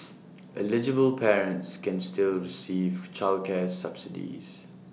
eligible parents can still receive childcare subsidies